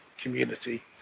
community